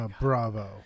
Bravo